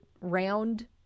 round